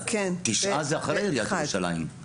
תשעה זה אחרי עיריית ירושלים.